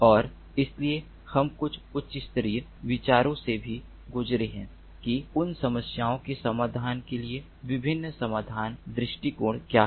और इसलिए हम कुछ उच्च स्तरीय विचारों से भी गुजरे हैं कि उन समस्याओं के समाधान के लिए विभिन्न समाधान दृष्टिकोण क्या है